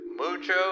Mucho